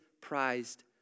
prized